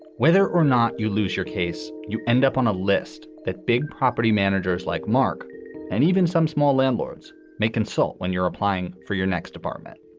whether or not you lose your case, you end up on a list that big property managers like mark and even some small landlords may consult when you're applying for your next apartment